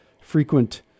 frequent